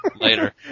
Later